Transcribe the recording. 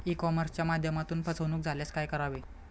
E कॉमर्सच्या माध्यमातून फसवणूक झाल्यास काय करावे?